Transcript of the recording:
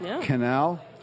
Canal